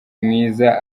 mwiza